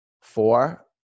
Four